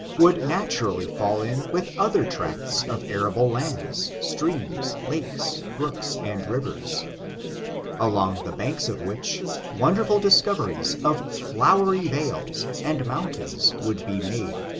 would naturally fall in with other tracts of arable lands, streams, lakes, brooks, and rivers along the banks of which, wonderful discoveries of flowry vales and mountains would be made.